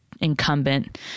incumbent